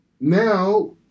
Now